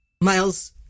Miles